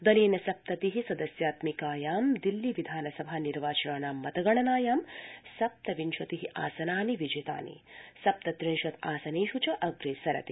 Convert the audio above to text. दलेन सप्तति सदस्यात्मिकायां दिल्ली विधानसभा निर्वाचनानां मतगणनायां षड्विंशति आसनानि विजितानि सप्तत्रिंशत् आसनेष् च अग्रेसरति